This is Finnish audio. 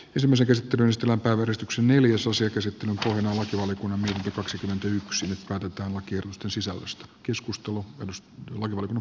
kysymys edes pyristellä muodostuksen neliösosetta sitten ukraina ja suomi menetti kaksikymmentäyksi nyt päätetään lakiehdotusten sisällöstä keskus tuo kadusta on alkanut